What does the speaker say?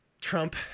Trump